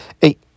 hey